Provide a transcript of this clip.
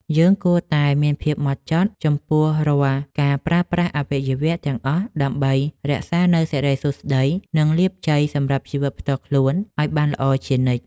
យើងគួរតែមានភាពហ្មត់ចត់ចំពោះរាល់ការប្រើប្រាស់អវយវៈទាំងអស់ដើម្បីរក្សានូវសិរីសួស្តី និង លាភជ័យសម្រាប់ជីវិតផ្ទាល់ខ្លួនឱ្យបានល្អជានិច្ច។